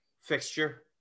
fixture